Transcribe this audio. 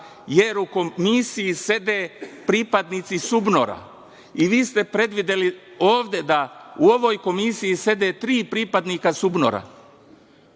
jer u komisiji sede pripadnici SUBNOR-a. Vi ste predvideli da u ovoj komisiji sede tri pripadnika SUBNOR-a.